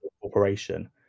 corporation